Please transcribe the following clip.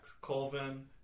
Colvin